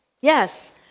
Yes